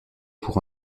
pour